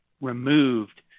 removed